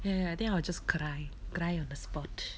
ya think I'll just cry cry on the spot